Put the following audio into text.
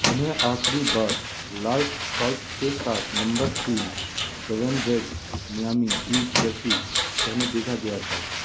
उन्हें आखिरी बार लाल शॉर्ट्स के साथ नम्बर तीन Dwyane Wade Miami Heat jersey पहने देखा गया था